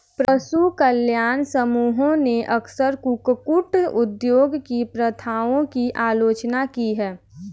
पशु कल्याण समूहों ने अक्सर कुक्कुट उद्योग की प्रथाओं की आलोचना की है